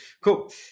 Cool